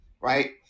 right